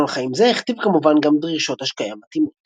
סגנון חיים זה הכתיב כמובן גם דרישות השקיה מתאימות.